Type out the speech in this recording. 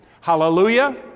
Hallelujah